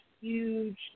huge